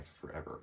forever